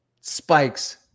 spikes